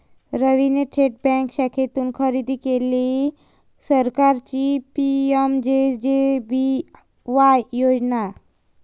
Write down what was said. रवीने थेट बँक शाखेतून खरेदी केली सरकारची पी.एम.जे.जे.बी.वाय योजना